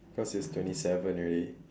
cause it's twenty seven already